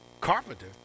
Carpenter